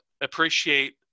appreciate